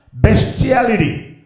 Bestiality